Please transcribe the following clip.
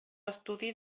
estudi